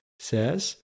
says